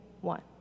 one